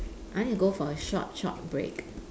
I need to go for a short short break